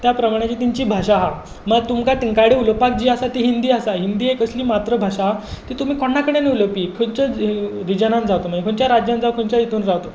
त्या प्रमाणें जी तेंची भाशा आसा म्हणल्यार तुमकां तेंकाडे उलोवपाक आसा ती हिंदी आसा हिंदी एक असली मात्र भाशा ती तुमी कोणाय कडेन उलोवपी खंयचोय रिजनांत जावं तुमी खंयच्याय राज्यांत जावं तुमी खंयच्याय हेतून जावं